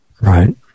Right